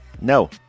No